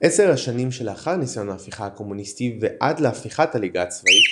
עשר השנים שלאחר ניסיון ההפיכה הקומוניסטי ועד להפיכת "הליגה הצבאית"